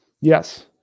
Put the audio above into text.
Yes